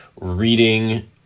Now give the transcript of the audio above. reading